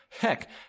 Heck